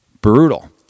Brutal